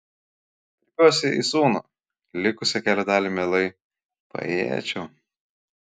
kreipiuosi į sūnų likusią kelio dalį mielai paėjėčiau